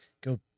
Go